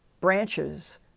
branches